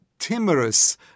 timorous